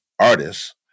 artists